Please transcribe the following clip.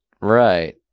right